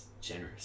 generous